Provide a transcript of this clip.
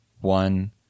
one